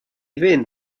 fynd